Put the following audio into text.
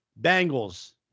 Bengals